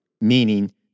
meaning